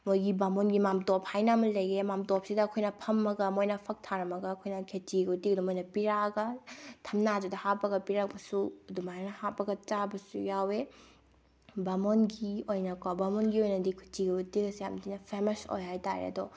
ꯃꯣꯏꯒꯤ ꯕꯥꯃꯣꯟꯒꯤ ꯃꯥꯝꯇꯣꯞ ꯍꯥꯏꯅ ꯑꯃ ꯂꯩꯌꯦ ꯃꯥꯝꯇꯣꯞꯁꯤꯗ ꯑꯩꯈꯣꯏꯅ ꯐꯝꯃꯒ ꯃꯣꯏꯅ ꯐꯛ ꯊꯥꯔꯝꯃꯒ ꯑꯩꯈꯣꯏꯅ ꯈꯦꯆꯤ ꯎꯇꯤꯒꯗꯣ ꯃꯣꯏꯅ ꯄꯤꯔꯛꯑꯒ ꯊꯝꯅꯥꯗꯨꯗ ꯍꯥꯞꯄꯒ ꯄꯤꯔꯛꯄꯁꯨ ꯑꯗꯨꯃꯥꯏꯅ ꯍꯥꯞꯄꯒ ꯆꯥꯕꯁꯨ ꯋꯥꯎꯋꯦ ꯕꯥꯃꯣꯟꯒꯤ ꯑꯣꯏꯅꯀꯣ ꯕꯥꯃꯣꯟꯒꯤ ꯑꯣꯏꯅꯗꯤ ꯈꯦꯆꯤꯒ ꯎꯇꯤꯒꯁꯦ ꯌꯥꯝꯊꯤꯅ ꯐꯦꯃꯁ ꯑꯣꯏ ꯍꯥꯏꯇꯥꯔꯦ ꯑꯗꯣ